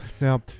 Now